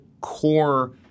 core